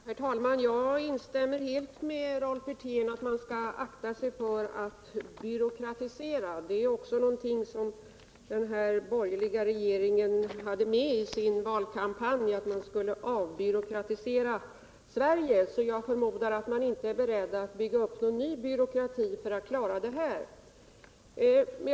Herr talman! Jag instämmer helt med Rolf Wirtén i att man skall akta sig för att byråkratisera. Den borgerliga regeringen hade också med i sin valkampanj att man skulle avbyråkratisera Sverige. Jag förmodar därför att man inte är beredd att bygga upp någon ny byråkrati för att klara denna fråga.